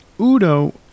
Udo